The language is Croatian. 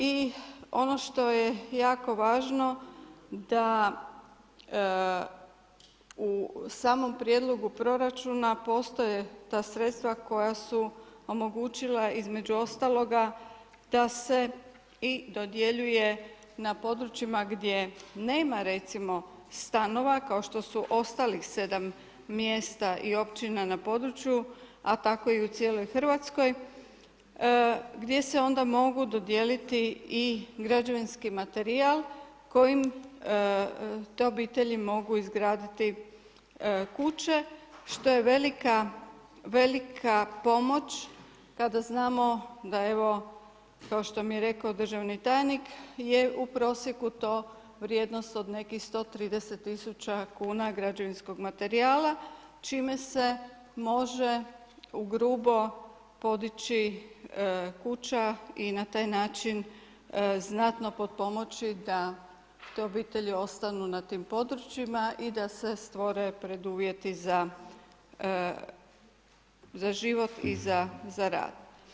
I ono što je jako važno da u samom prijedlogu proračuna postoje ta sredstva koja su omogućila između ostaloga da se i dodjeljuje na područjima gdje nema recimo stanova, kao što su ostali 7 mjesta i općina na području a tako i u cijeloj Hrvatskoj, gdje se onda mogu dodijeliti i građevinski materijal, kojim te obitelji mogu izgraditi kuće, što je velika pomoć, kada znamo, da evo, to što mi je rekao državni tajnik je u prosjeku to vrijednost od nekih 130 tisuća kuna građevinskog materijala, čime se može u grubo podići kuća i na taj način znatno potpomoći, da te obitelji ostanu na tim područjima i da se stvore preduvjeti za život i za rad.